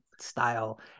style